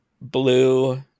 Blue